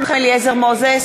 מוזס,